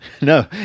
No